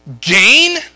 Gain